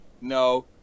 No